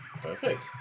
Perfect